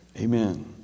Amen